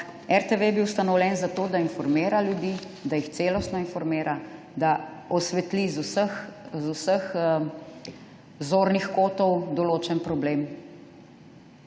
RTV je bil ustanovljen zato, da informira ljudi, da jih celostno informira, da osvetli z vseh zornih kotov določen problem.